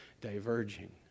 diverging